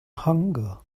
hunger